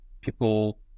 people